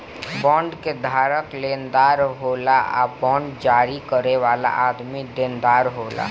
bond के धारक लेनदार होला आ बांड जारी करे वाला आदमी देनदार होला